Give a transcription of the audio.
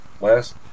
last